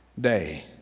day